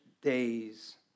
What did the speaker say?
days